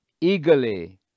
eagerly